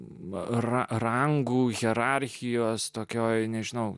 mara rangų hierarchijos tokioje nežinau